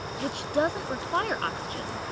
which doesn't require oxygen,